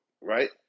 Right